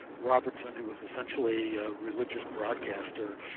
robertson, who was essentially a religious broadcaster,